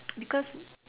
because